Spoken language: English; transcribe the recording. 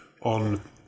on